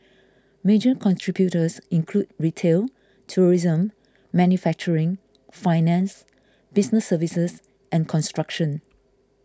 major contributors include retail tourism manufacturing finance business services and construction